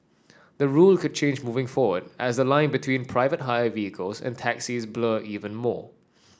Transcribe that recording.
the rule could change moving forward as the line between private hire vehicles and taxis blur even more